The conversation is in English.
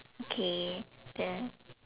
okay then